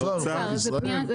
האוצר, בנק ישראל.